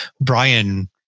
Brian